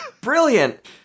Brilliant